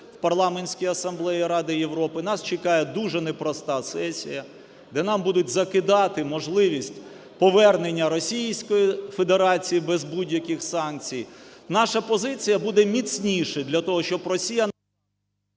в Парламентській асамблеї Ради Європи. Нас чекає дуже непроста сесія, де нам будуть закидати можливість повернення Російської Федерації без будь-яких санкцій. Наша позиція буде міцніше для того, щоб Росія…